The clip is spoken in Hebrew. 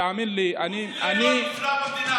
דרוזי לא יהיה מופלה במדינה הזאת.